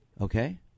okay